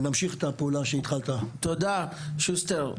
תודה שוסטר.